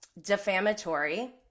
defamatory